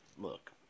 look